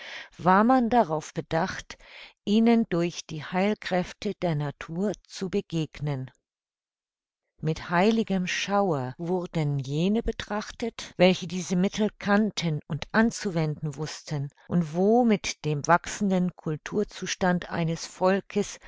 war man darauf bedacht ihnen durch die heilkräfte der natur zu begegnen mit heiligem schauer wurden jene betrachtet welche diese mittel kannten und anzuwenden wußten und wo mit dem wachsenden kulturzustand eines volkes